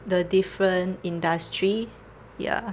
the different industry ya